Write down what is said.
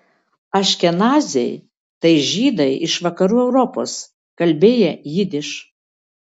aškenaziai tai žydai iš vakarų europos kalbėję jidiš